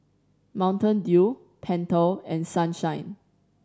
Mountain Dew Pentel and Sunshine